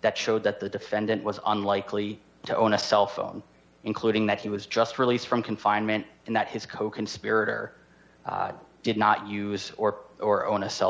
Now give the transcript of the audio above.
that showed that the defendant was unlikely to own a cell phone including that he was just released from confinement and that his coconspirator did not use or or own a cell